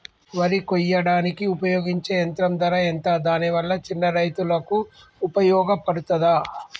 వరి కొయ్యడానికి ఉపయోగించే యంత్రం ధర ఎంత దాని వల్ల చిన్న రైతులకు ఉపయోగపడుతదా?